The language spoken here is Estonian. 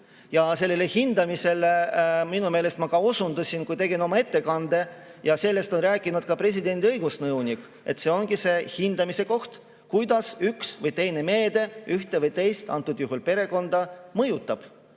Sellele hindamisele minu meelest ma ka osundasin, kui ma tegin oma ettekannet, ja sellest on rääkinud ka presidendi õigusnõunik, et see ongi hindamise koht, kuidas üks või teine meede ühte või teist, praegusel juhul perekonda, mõjutab.